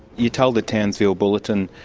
you told the townsville bulletin,